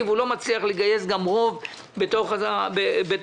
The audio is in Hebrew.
וגם לא מצליח לגייס רוב בתוך העירייה.